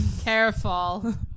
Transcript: Careful